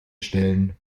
stellen